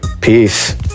peace